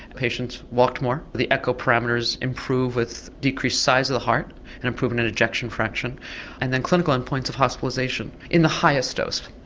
and patients walked more, the echo primers improved with decreased size of the heart and improved in an injection fraction and then clinical end points of hospitalisation in the highest dose.